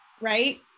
right